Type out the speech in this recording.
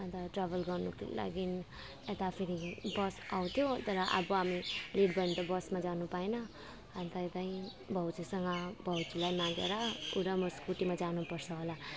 अन्त ट्राभल गर्नुको लागि यता फेरि बस आउँथ्यो तर अब हामी लेट भयो पनि त बसमा जानु पाएन अन्त यतै भाउजूसँग भाउजूलाई मागेर ऊ र म स्कुटीमा जानुपर्छ होला